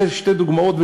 שתי דוגמאות,